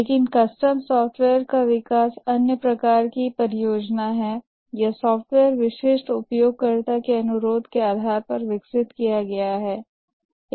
लेकिन custom software का विकास अन्य प्रकार की परियोजना है यह सॉफ़्टवेयर विशिष्ट उपयोगकर्ता के अनुरोध के आधार पर विकसित किया गया है